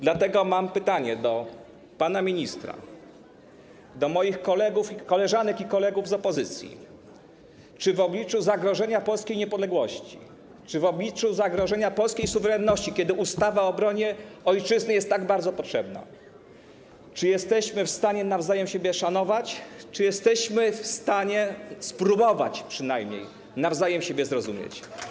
Dlatego mam pytanie do pana ministra, do moich koleżanek i kolegów z opozycji: Czy w obliczu zagrożenia polskiej niepodległości, w obliczu zagrożenia polskiej suwerenności, kiedy ustawa o obronie Ojczyzny jest tak bardzo potrzebna, jesteśmy w stanie nawzajem siebie szanować, jesteśmy w stanie przynajmniej spróbować nawzajem siebie zrozumieć?